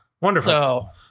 Wonderful